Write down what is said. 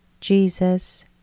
Jesus